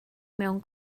mewn